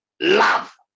love